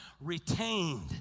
retained